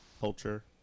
culture